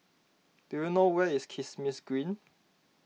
do you know where is Kismis Green